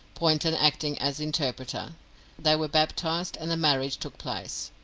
poynton acting as interpreter they were baptised, and the marriage took place.